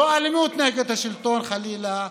לא אלימות נגד השלטון, חלילה,